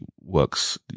works